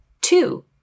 Two